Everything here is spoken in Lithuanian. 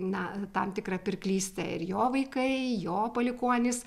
na tam tikra pirklyste ir jo vaikai jo palikuonys